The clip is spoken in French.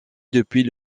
depuis